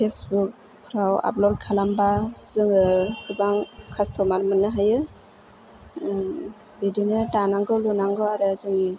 फेसबुकफ्राव आपलड खालामबा जोङो गोबां कास्ट'मार मोननो हायो बिदिनो दानांगौ लुनांगौ आरो जोंनि